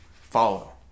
follow